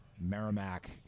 Merrimack